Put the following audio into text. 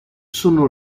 sono